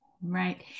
Right